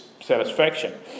satisfaction